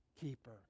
keeper